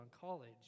college